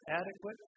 adequate